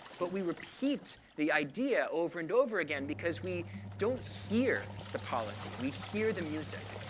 but we repeat the idea over and over again, because we don't hear the policy. we hear the music.